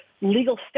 legal